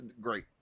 great